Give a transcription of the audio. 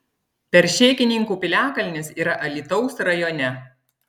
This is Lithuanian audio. peršėkininkų piliakalnis yra alytaus rajone